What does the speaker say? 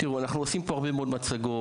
אנחנו עושים פה הרבה מאוד מצגות,